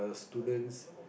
students